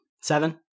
Seven